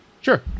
Sure